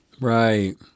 right